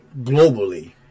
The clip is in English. globally